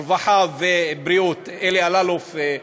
הרווחה והבריאות אלי אלאלוף,